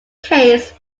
case